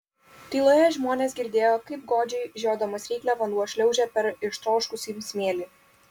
tyloje žmonės girdėjo kaip godžiai žiodamas ryklę vanduo šliaužia per ištroškusį smėlį